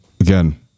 again